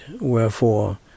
Wherefore